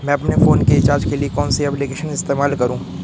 मैं अपने फोन के रिचार्ज के लिए कौन सी एप्लिकेशन इस्तेमाल करूँ?